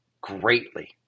greatly